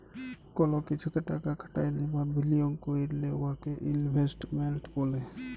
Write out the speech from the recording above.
call কিছুতে টাকা খাটাইলে বা বিলিয়গ ক্যইরলে উয়াকে ইলভেস্টমেল্ট ব্যলে